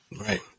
Right